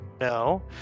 no